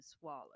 swallow